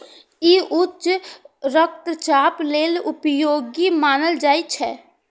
ई उच्च रक्तचाप लेल उपयोगी मानल जाइ छै